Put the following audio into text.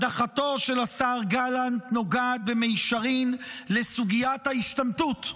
הדחתו של השר גלנט נוגעת במישרין לסוגיית ההשתמטות,